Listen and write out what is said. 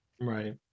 Right